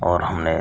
और हमने